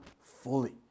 fully